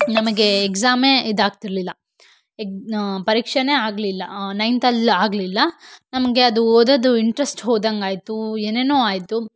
ನಮಗೆ ಎಗ್ಸಾಮೇ ಇದಾಗ್ತಿರ್ಲಿಲ್ಲ ಎಗ್ ಪರೀಕ್ಷೆನೇ ಆಗಲಿಲ್ಲ ನೈನ್ತಲ್ಲಿ ಆಗಲಿಲ್ಲ ನಮಗೆ ಅದು ಓದೋದು ಇಂಟ್ರೆಸ್ಟ್ ಹೋದಂಗೆ ಆಯಿತು ಏನೇನೋ ಆಯಿತು